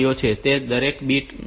તે દરેક બીટ કેટલો સમય ચાલવો જોઈએ